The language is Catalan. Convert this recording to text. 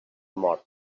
mort